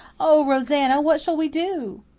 oh, rosanna, what shall we do?